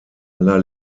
aller